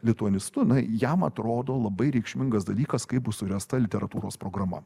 lituanistu na jam atrodo labai reikšmingas dalykas kaip bus suręsta literatūros programa